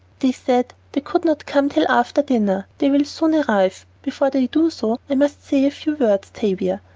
they said they could not come till after dinner. they will soon arrive. before they do so, i must say a few words, tavia,